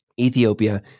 Ethiopia